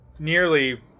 nearly